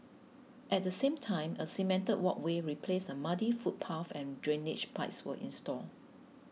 at the same time a cemented walkway replaced a muddy footpath and drainage pipes were installed